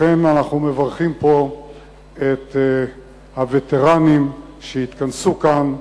לכן אנחנו מברכים פה את הווטרנים שהתכנסו כאן,